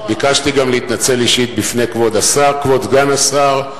ביקשתי גם להתנצל אישית בפני כבוד סגן השר,